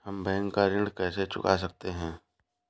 हम बैंक का ऋण कैसे चुका सकते हैं?